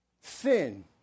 sin